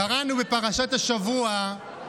קראנו בפרשת השבוע: